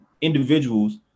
individuals